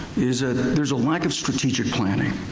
is that there's a lack of strategic planning.